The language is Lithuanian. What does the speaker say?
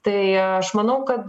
tai aš manau kad